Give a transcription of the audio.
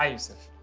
um yusuf.